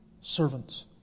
servants